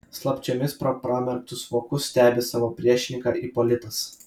slapčiomis pro pramerktus vokus stebi savo priešininką ipolitas